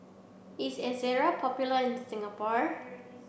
is Ezerra popular in Singapore